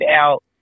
out